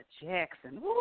Jackson